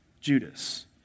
Judas